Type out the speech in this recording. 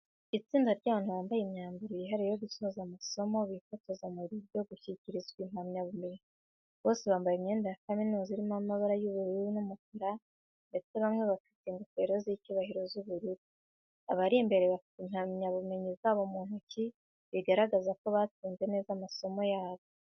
Itsinda ry’abantu bambaye imyambaro yihariye yo gusoza amasomo, bifotoza mu birori byo gushyikirizwa impamyabumenyi. Bose bambaye imyenda ya kaminuza irimo amabara y’ubururu n’umukara ndetse bamwe bafite ingofero z’icyubahiro z’ubururu. Abari imbere bafite impamyabumenyi zabo mu ntoki, bigaragaza ko batsinze neza amasomo yabo.